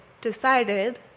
decided